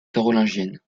carolingienne